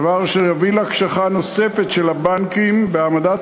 דבר שיביא להקשחה נוספת של הבנקים בהעמדת